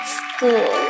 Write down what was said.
school